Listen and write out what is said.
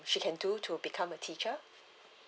she can do to become a teacher